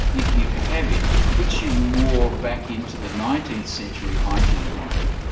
if you have it, it puts you more back into the nineteenth century hygiene mode,